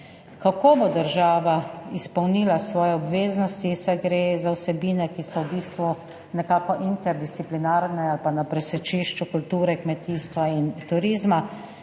Kako bo država izpolnila svoje obveznosti, saj gre za vsebine, ki so v bistvu nekako interdisciplinarne oziroma na presečišču kulture, kmetijstva in turizma?